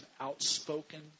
outspoken